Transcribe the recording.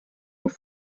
auf